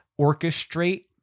orchestrate